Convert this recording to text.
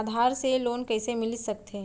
आधार से लोन कइसे मिलिस सकथे?